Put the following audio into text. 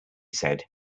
said